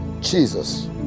Jesus